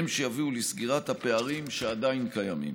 והם שיביאו לסגירת הפערים שעדיין קיימים.